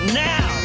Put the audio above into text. now